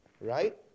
Right